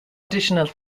additional